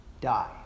die